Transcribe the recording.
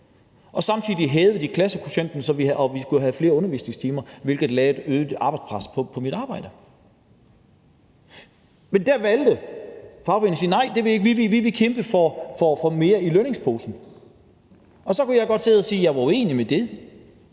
samtidig klassekvotienten, og vi skulle have flere undervisningstimer, hvilket gav et øget arbejdspres. Men der valgte fagforeningen at sige: Nej, det vil vi ikke; vi vil kæmpe for mere i lønningsposen. Så kunne jeg godt sidde og sige, at jeg var uenig i det,